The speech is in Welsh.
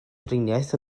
driniaeth